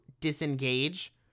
disengage